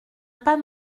pas